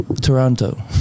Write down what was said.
Toronto